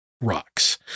rocks